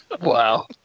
Wow